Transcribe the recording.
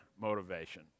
motivation